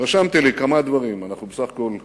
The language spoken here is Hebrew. רשמתי לי כמה דברים, אנחנו בסך הכול כמה,